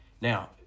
Now